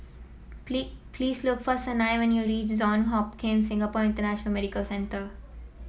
please look for Sanai when you reach Johns Hopkins Singapore International Medical Centre